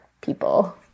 people